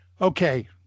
Okay